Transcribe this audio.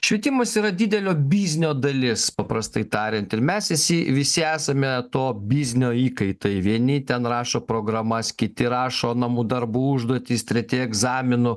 švietimas yra didelio biznio dalis paprastai tariant ir mes visi visi esame to biznio įkaitai vieni ten rašo programas kiti rašo namų darbų užduotis treti egzaminų